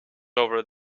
over